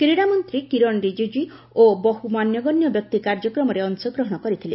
କ୍ରୀଡ଼ାମନ୍ତ୍ରୀ କିରଣ ରିଜିକୁ ଓ ବହୁ ମାନ୍ୟଗଣ୍ୟ ବ୍ୟକ୍ତି କାର୍ଯ୍ୟକ୍ରମରେ ଅଶଗ୍ରହଣ କରିଥିଲେ